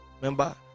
Remember